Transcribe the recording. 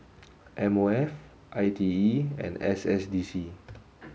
M O F I T E and S S D C